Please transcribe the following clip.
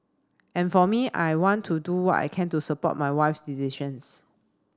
and for me I want to do what I can to support my wife's decisions